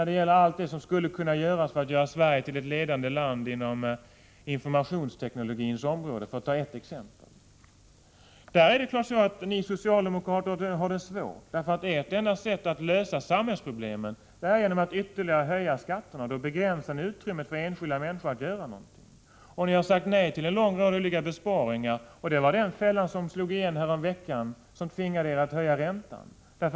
Det gäller allt det som skulle kunna göras för att Sverige skall bli ett ledande land inom informationsteknologins område — för att ta ett par exempel. I det avseendet har ni socialdemokrater det självfallet svårt. För er finns det ju bara ett sätt att lösa samhällsproblemen och det är att ytterligare höja skatterna. Men då begränsar ni utrymmet för enskilda människor att göra någonting. Ni har sagt nej till en lång rad olika besparingar. Det var den fällan som slog igen häromveckan, och därmed tvingades ni att höja räntan.